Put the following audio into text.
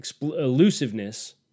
elusiveness